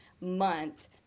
month